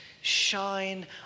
shine